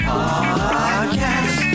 Podcast